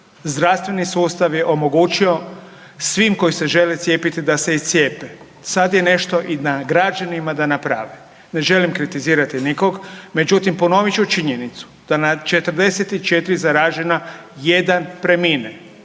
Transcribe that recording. Zdravstveni sustav je omogućio svima koji se žele cijepiti da se i cijepe. Sada je nešto i na građanima da naprave. Ne želim kritizirati nikoga. Međutim, ponovit ću činjenicu da na 44 zaražena jedan premine.